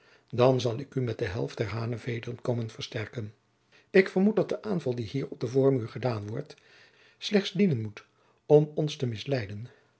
dan zal ik u met de helft der hanevederen komen versterken ik vermoed dat de aanval die hier op den voormuur gedaan wordt slechts dienen moet om ons te misleiden